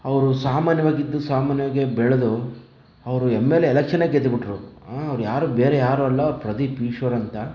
ಅವರು ಸಾಮಾನ್ಯವಾಗಿ ಇದ್ದು ಸಾಮಾನ್ಯವಾಗಿಯೇ ಬೆಳೆದು ಅವರು ಎಮ್ ಎಲ್ ಎ ಎಲೆಕ್ಷನ್ನೇ ಗೆದ್ದುಬಿಟ್ರು ಹಾಂ ಅವರು ಯಾರು ಬೇರೆ ಯಾರು ಅಲ್ಲ ಪ್ರದೀಪ್ ಈಶ್ವರ ಅಂತ